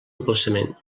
emplaçament